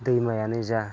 दैमायानो जा